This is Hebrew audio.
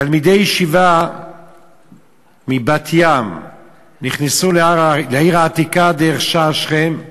תלמידי ישיבה מבת-ים נכנסו לעיר העתיקה דרך שער שכם,